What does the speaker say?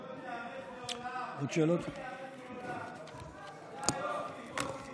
היא לא תיערך לעולם, היא לא תיערך לעולם.